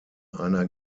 einer